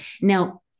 Now